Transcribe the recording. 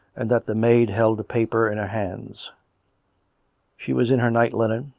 and that the maid held a paper in her hands she was in her night-linen,